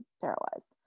paralyzed